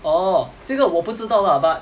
oh 这个我不知道 lah but